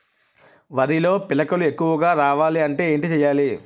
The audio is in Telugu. వరిలో పిలకలు ఎక్కువుగా రావాలి అంటే ఏంటి చేయాలి?